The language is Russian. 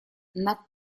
над